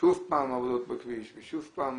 שוב פעם עבודות בכביש, ושוב פעם